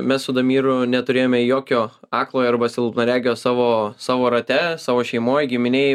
mes su damiru neturėjome jokio aklojo arba silpnaregio savo savo rate savo šeimoj giminėj